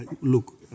look